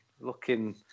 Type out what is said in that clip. looking